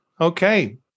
Okay